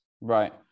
Right